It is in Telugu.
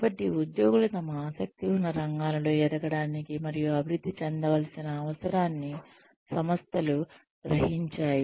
కాబట్టి ఉద్యోగులు తమ ఆసక్తి ఉన్న రంగాలలో ఎదగడానికి మరియు అభివృద్ధి చెందవలసిన అవసరాన్ని సంస్థలు గ్రహించాయి